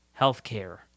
healthcare